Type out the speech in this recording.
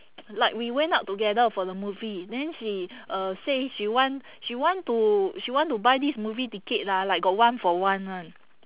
like we went out together for the movie then she uh say she want she want to she want to buy this movie ticket lah like got one for one [one]